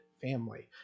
family